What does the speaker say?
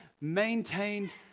maintained